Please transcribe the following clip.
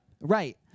right